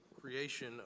creation